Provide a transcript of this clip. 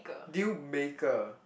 deal maker